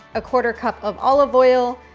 a quarter cup of olive oil,